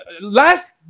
last